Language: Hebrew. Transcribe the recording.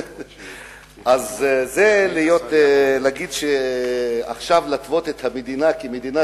אז להגיד שעכשיו להתוות את המדינה כמדינה